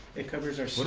it covers our